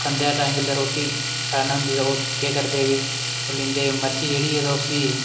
खंदे टाइम बेल्लै रुट्टी खाना होंदी तां ओह् केह् करदे कि भुल्ली जंदे कि मर्च जेह्ड़ी ऐ तां उसी